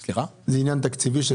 לא.